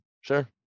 sure